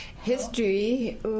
history